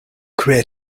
career